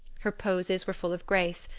her poses were full of grace,